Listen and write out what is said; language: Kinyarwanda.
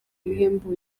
ibihembo